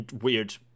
weird